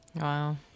Wow